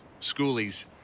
schoolies